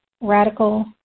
radical